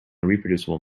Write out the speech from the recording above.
reproducible